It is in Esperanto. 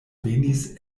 venis